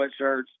sweatshirts